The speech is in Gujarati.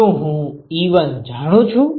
શું હું εi જાણું છું